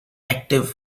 active